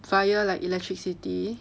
via like electricity